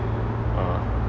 ah